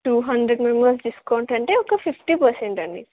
two hundred members discount అంటే ఒక fifty percent అండి